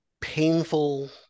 painful